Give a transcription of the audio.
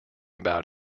about